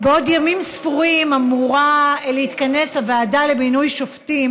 בעוד ימים ספורים אמורה להתכנס הוועדה למינוי שופטים